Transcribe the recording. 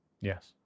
Yes